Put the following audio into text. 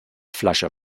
flasche